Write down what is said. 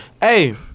Hey